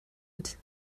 note